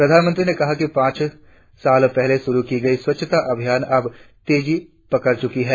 प्रधानमंत्री ने कहा कि पांच साल पहले शुरु किया गया स्वच्छता अभियान अब तेजी पकड़ चुका है